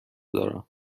دارم